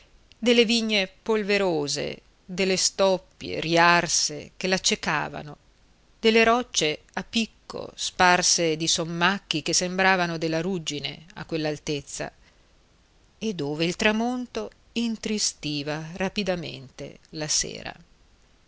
delle vigne polverose delle stoppie riarse che l'accecavano delle rocce a picco sparse di sommacchi che sembravano della ruggine a quell'altezza e dove il tramonto intristiva rapidamente la sera